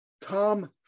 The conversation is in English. Tom